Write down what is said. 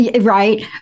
Right